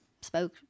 spoke